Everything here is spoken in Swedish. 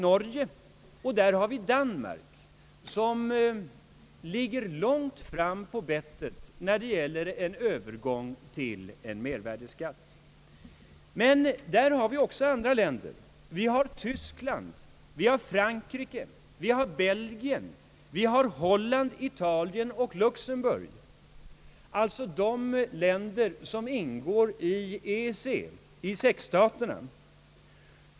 Norge och Danmark ligger långt fram på bettet när det gäller en övergång till mervärdeskatt. Men där har vi också andra länder. Vi har Tyskland, Frankrike, Belgien, Holland, Italien och Luxemburg, alltså de länder som ingår i EEC.